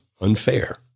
unfair